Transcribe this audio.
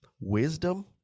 wisdom